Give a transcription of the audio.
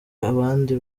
abandi